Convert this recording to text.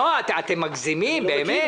לא, אתם מגזימים, באמת.